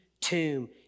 tomb